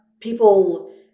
people